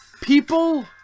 People